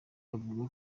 avuga